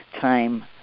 time